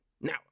now